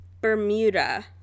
Bermuda